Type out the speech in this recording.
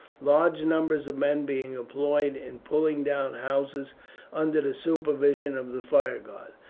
large numbers of men being employed in pulling down houses under the supervision of the fire guard.